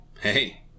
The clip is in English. Hey